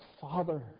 Father